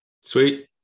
Sweet